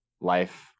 life